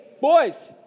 boys